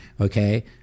Okay